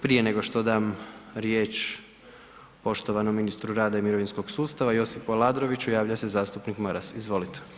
Prije nego što dam riječ poštovanom ministru rada i mirovinskog sustava Josipu Aladroviću javlja se zastupnik Maras, izvolite.